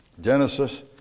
Genesis